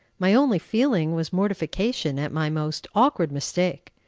my only feeling was mortification at my most awkward mistake.